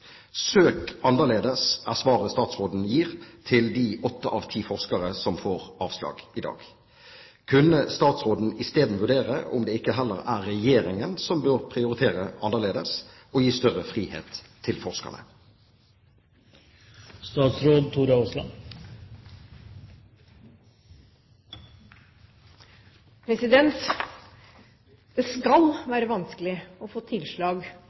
Søk annerledes, er svaret statsråden gir til de åtte av ti forskere som får avslag i dag. Kunne statsråden isteden vurdere om det ikke heller er Regjeringen som bør prioritere annerledes, og gi større frihet til forskerne? Det skal være vanskelig å få tilslag